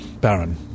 Baron